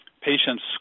patients